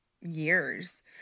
years